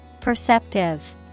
Perceptive